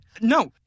No